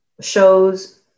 shows